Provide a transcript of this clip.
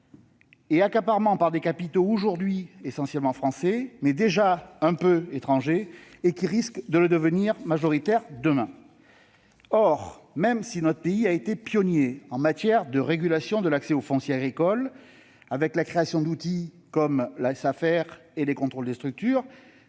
et accaparement par des capitaux aujourd'hui essentiellement français, mais déjà un peu étrangers et risquant de le devenir majoritairement demain. Or, bien que notre pays ait été pionnier en matière de régulation de l'accès au foncier agricole, la création d'outils comme les Safer et le contrôle des structures,